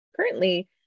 currently